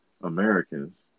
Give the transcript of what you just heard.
Americans